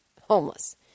homeless